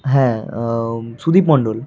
হ্যাঁ সুদীপ মণ্ডল